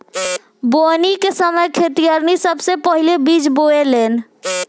बोवनी के समय खेतिहर सबसे पहिले बिज बोवेलेन